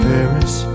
Paris